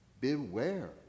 beware